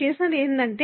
మీరు చేసినది అదే